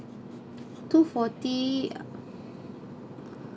so forty